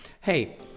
hey